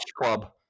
Club